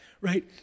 right